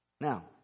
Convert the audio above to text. Now